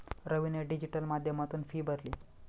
रवीने डिजिटल माध्यमातून फी भरली